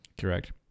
Correct